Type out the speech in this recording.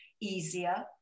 easier